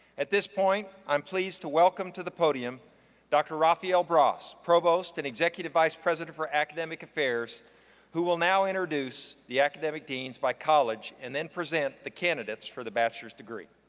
at this point, i'm pleased to welcome to the podium dr. rafael bras, provost and executive vice president for academic affairs who will now introduce the academic deans by college and then present the candidates for the bachelor's degree.